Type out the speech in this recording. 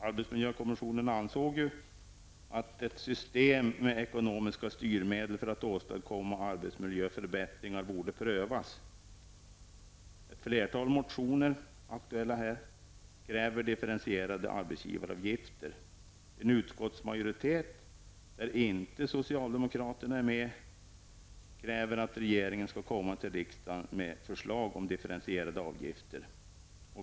Arbetsmiljökommissionen ansåg att ett system med ekonomiska styrmedel för att åstadkomma arbetsmiljöförbättringar borde prövas. Ett flertal här aktuella motioner kräver differentierad arbetsgivaravgifter. En utskottsmajoritet, där socialdemokraterna inte är med, kräver att regeringen skall komma till riksdagen med förslag om differentierade avgifter.